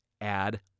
Add